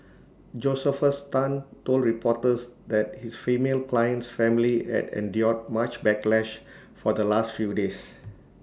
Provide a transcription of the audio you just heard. Josephus Tan told reporters that his female client's family had endured much backlash for the last few days